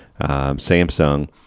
Samsung